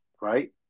right